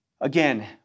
Again